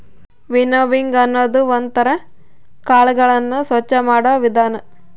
winnowing ಅನ್ನೋದು ಒಂದ್ ತರ ಕಾಳುಗಳನ್ನು ಸ್ವಚ್ಚ ಮಾಡೋ ವಿಧಾನ